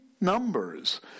numbers